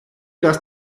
dass